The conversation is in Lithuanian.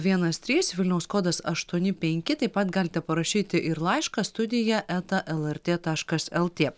vienas trys vilniaus kodas aštuoni penki taip pat galite parašyti ir laišką studija eta lrt taškas lt